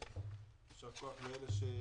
יישר כוח לאלה שהעלו,